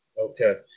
Okay